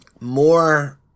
more